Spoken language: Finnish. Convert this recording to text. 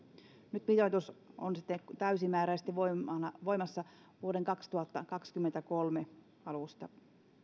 nyt mitoitus on sitten täysimääräisesti voimassa vuoden kaksituhattakaksikymmentäkolme alusta